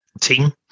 team